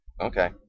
Okay